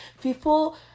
people